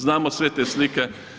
Znamo sve te slike,